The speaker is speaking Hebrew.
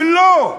שלו,